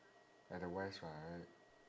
at the west right